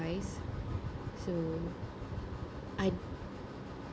so I